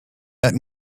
let